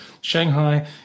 Shanghai